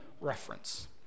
reference